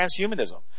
transhumanism